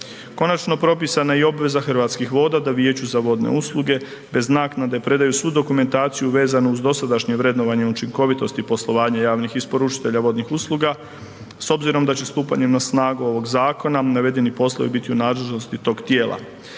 Konačno propisana je i obveza Hrvatskih voda da Vijeću za vodne usluge bez naknade predaju svu dokumentaciju vezano uz dosadašnje vrednovanje učinkovitosti poslovanja javnih isporučitelja vodnih usluga s obzirom da će stupanjem na snagu ovog zakona navedeni poslovi biti u nadležnosti tog tijela.